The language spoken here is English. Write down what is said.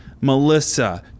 Melissa